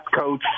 coach